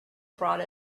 brought